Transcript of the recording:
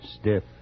Stiff